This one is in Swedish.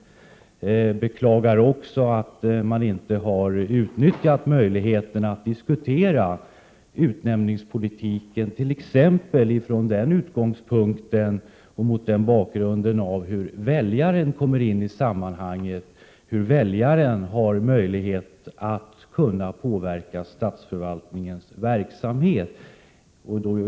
Jag beklagar också att moderaterna inte har utnyttjat möjligheterna att diskutera utnämningspolitiken t.ex. mot bakgrund av hur väljaren kommer in i sammanhanget, hur väljaren har möjlighet att påverka statsförvaltningens verksamhet.